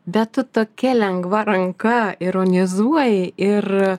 bet tu tokia lengva ranka ironizuoji ir